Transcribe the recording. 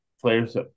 players